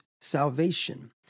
salvation